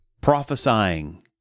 prophesying